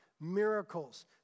Miracles